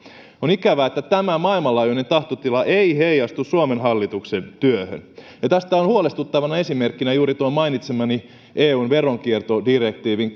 on ikävää että tämä maailmanlaajuinen tahtotila ei heijastu suomen hallituksen työhön ja tästä on huolestuttavana esimerkkinä juuri tuo mainitsemani eun veronkiertodirektiivin